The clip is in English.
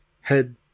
head